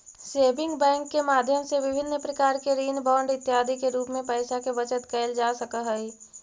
saving bank के माध्यम से विभिन्न प्रकार के ऋण बांड इत्यादि के रूप में पैइसा के बचत कैल जा सकऽ हइ